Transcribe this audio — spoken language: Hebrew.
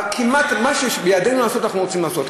את מה שיש בידינו לעשות אנחנו רוצים לעשות.